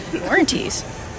Warranties